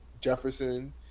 Jefferson